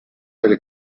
del